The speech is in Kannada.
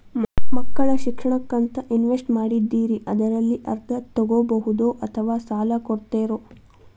ಮಕ್ಕಳ ಶಿಕ್ಷಣಕ್ಕಂತ ಇನ್ವೆಸ್ಟ್ ಮಾಡಿದ್ದಿರಿ ಅದರಲ್ಲಿ ಅರ್ಧ ತೊಗೋಬಹುದೊ ಅಥವಾ ಸಾಲ ಕೊಡ್ತೇರೊ?